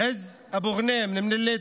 עז אבו ג'נים מלוד,